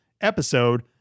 episode